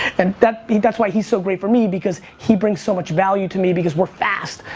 and that's that's why he's so great for me because, he bring so much value to me because, we're fast.